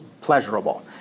pleasurable